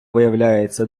виявляється